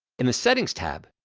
in the settings tab,